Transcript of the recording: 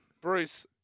Bruce